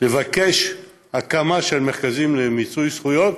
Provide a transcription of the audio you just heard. לבקש הקמה של מרכזים למיצוי זכויות,